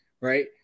right